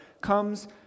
comes